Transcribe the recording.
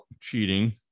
cheating